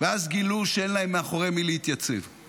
ואז גילו שאין להם מאחורי מי להתייצב,